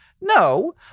no